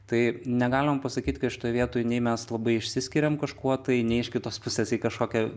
tai negalima pasakyti kad šitoj vietoj nei mes labai išsiskiriam kažkuo tai ne iš kitos pusės kažkokia